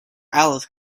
alice